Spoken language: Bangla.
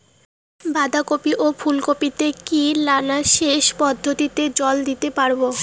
বাধা কপি ও ফুল কপি তে কি নালা সেচ পদ্ধতিতে জল দিতে পারবো?